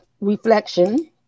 reflection